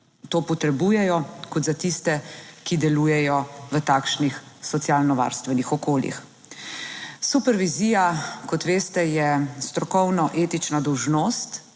kot za tiste, ki delujejo v takšnih socialnovarstvenih okoljih. Supervizija, kot veste, je strokovno-etična dolžnost,